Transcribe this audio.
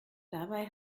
dabei